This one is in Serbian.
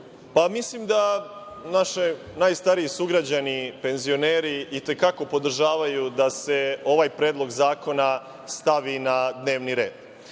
da naši najstariji sugrađani, penzioneri, i te kako podržavaju da se ovaj predlog zakona stavi na dnevni